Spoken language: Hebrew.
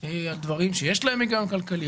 דברים שיש להם היגיון כלכלי,